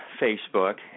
Facebook